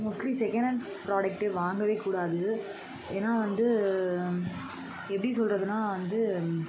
mostly second hand product வாங்கவேக்கூடாது ஏன்னா வந்து எப்படி சொல்கிறதுன்னா வந்து